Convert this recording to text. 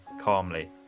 calmly